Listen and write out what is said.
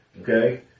okay